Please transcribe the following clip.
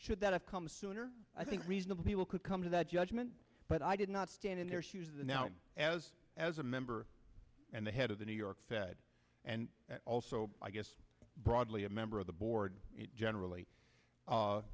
should that have come sooner i think reasonable people could come to that judgment but i did not stand in their shoes the now as as a member and the head of the new york fed and also i guess broadly a member of the board generally u